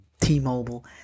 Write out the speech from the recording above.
T-Mobile